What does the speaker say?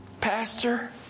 pastor